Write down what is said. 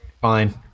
fine